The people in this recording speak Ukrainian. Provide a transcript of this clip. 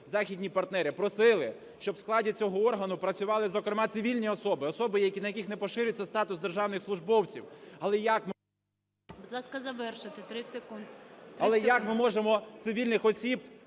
західні партнери просили, щоб в складі цього органу працювали зокрема цивільні особи, особи, на яких не поширюється статус державних службовців. Але як… ГОЛОВУЮЧИЙ.